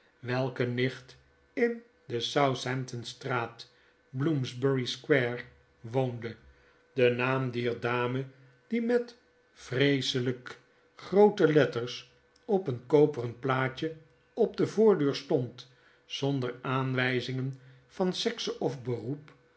welke nicht in de southhampton straat bloomsbury square woonde de naam dier dame die met vreeselyk groote letters op een koperen plaatje op de voordeur stond zonder aanwyzing van sekse of beroep